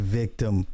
victim